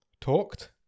Talked